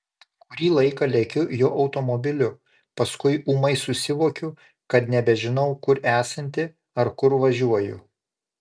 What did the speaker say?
kurį laiką lekiu jo automobiliu paskui ūmai susivokiu kad nebežinau kur esanti ar kur važiuoju